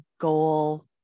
goal